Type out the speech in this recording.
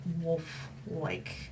wolf-like